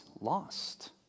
lost